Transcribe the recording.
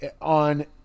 on